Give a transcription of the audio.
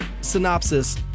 synopsis